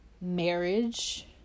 marriage